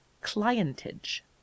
clientage